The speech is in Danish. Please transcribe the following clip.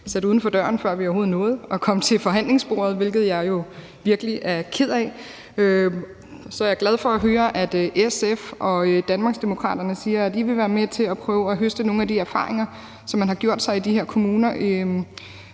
sat uden for døren, før vi overhovedet nåede at komme til forhandlingsbordet, hvilket jeg jo virkelig er ked af. Så er jeg glad for at høre, at SF og Danmarksdemokraterne siger, at de vil være med til at prøve at høste nogle af de erfaringer, som man har gjort sig i de her kommuner,